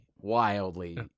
wildly